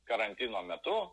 karantino metu